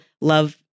love